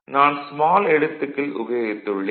நான் ஸ்மால் எழுத்துக்கள் உபயோகித்துள்ளேன்